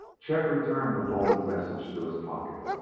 chet returned the folded message to his pocket.